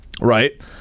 Right